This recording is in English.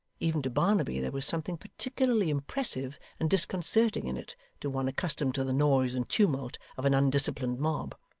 even to barnaby, there was something particularly impressive and disconcerting in it to one accustomed to the noise and tumult of an undisciplined mob.